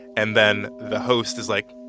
and then the host is like,